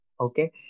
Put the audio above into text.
Okay